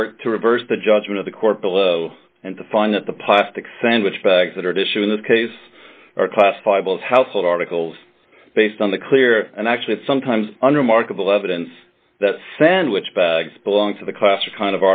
court to reverse the judgment of the court below and to find that the plastic sandwich bags that are at issue in this case are classified both household articles based on the clear and actually sometimes under markable evidence that sandwich bags belong to the class or kind